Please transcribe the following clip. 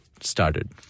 started